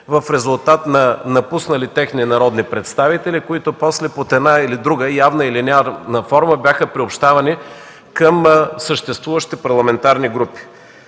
в резултат на напуснали техни народни представители, които после, под една или друга форма – явна или неявна, бяха приобщавани към съществуващите парламентарни групи.